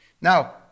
Now